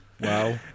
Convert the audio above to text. Wow